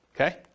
okay